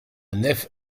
nef